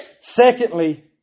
Secondly